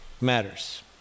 matters